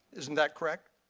isn't that correct?